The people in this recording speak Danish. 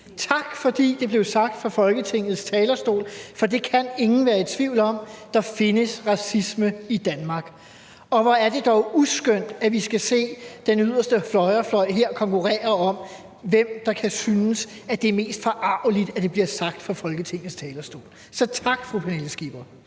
Tak, fordi det blev sagt fra Folketingets talerstol, for det kan ingen være i tvivl om. Der findes racisme i Danmark, og hvor er det dog uskønt, at vi skal se den yderste højrefløj her konkurrere om, hvem der kan synes, at det er mest forargeligt, at det bliver sagt fra Folketingets talerstol. Så tak, fru Pernille Skipper!